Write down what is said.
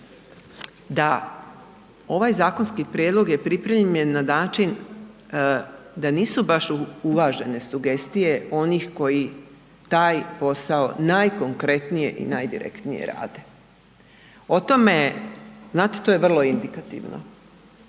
da ovaj zakonski prijedlog je pripremljen na način da nisu baš uvažene sugestije onih koji taj posao najkonkretnije i najdirektnije rade. O tome, znate, to je vrlo indikativno